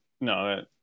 no